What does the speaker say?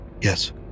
Yes